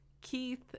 Keith